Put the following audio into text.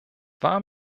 war